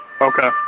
Okay